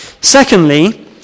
Secondly